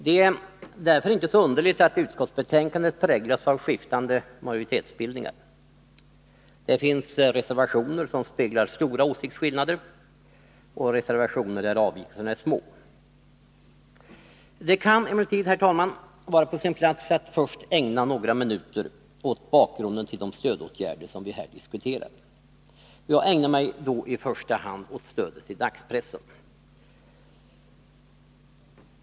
Det är därför inte så underligt att utskottsbetänkandet präglas av skiftande majoritetsbildningar. Det finns reservationer som speglar stora åsiktsskillnader och reservationer där avvikelserna är små. Det kan emellertid, herr talman, vara på sin plats att först ägna några minuter åt bakgrunden till de stödåtgärder som vi här diskuterar. Jag ägnar mig då i första hand åt stödet till dagspressen.